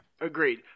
Agreed